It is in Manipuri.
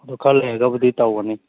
ꯑꯗꯣ ꯈꯔ ꯂꯩꯔꯒꯕꯨꯗꯤ ꯇꯧꯒꯅꯤ